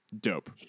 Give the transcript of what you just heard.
Dope